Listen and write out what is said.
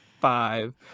five